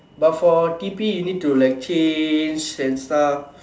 but for T_P you need to like change and stuff